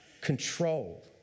control